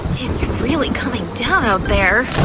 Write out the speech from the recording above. it's really coming down out there.